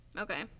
Okay